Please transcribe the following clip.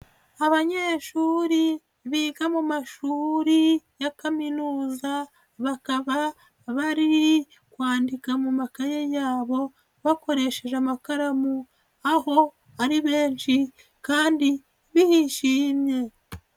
Abanyeshuri biga mu mashuri ya kaminuza bakaba bari kwandika mu makaye yabo bakoresheje amakaramu aho ari benshi kandi bishimye.